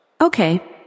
Okay